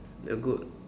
a good